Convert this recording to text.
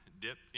Dip